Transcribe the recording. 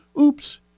oops